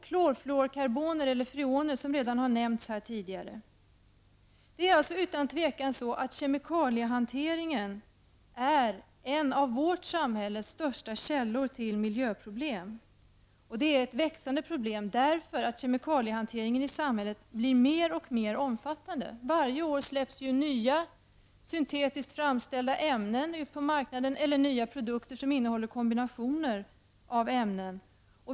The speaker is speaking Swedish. Klorfluorkarboner eller freoner har nämnts här tidigare. Det är utan tvivel så att kemikaliehanteringen är en av vårt samhälles största källor till miljöproblem, och det är ett växande problem, eftersom kemikaliehanteringen i samhället blir mer och mer omfattande. Varje år släpps ju nya syntetiskt framställda ämnen ut på marknaden, eller nya produkter som innehåller kombinationer av ämnen.